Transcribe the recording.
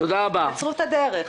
תקצרו את הדרך.